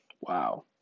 Wow